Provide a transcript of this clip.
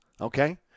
okay